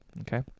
okay